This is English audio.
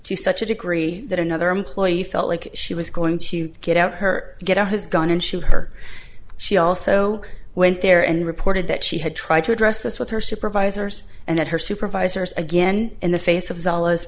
to such a degree that another employee felt like she was going to get out her get out his gun and shoot her she also went there and reported that she had tried to address this with her supervisors and that her supervisors again in the face of zealous